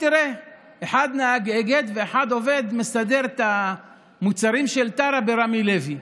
אחד נהג אגד ואחד מסדר את המוצרים של טרה ברמי לוי.